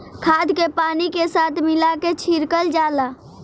खाद के पानी के साथ मिला के छिड़कल जाला